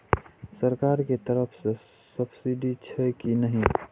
सरकार के तरफ से सब्सीडी छै कि नहिं?